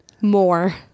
more